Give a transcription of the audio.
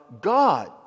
God